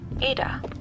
Ada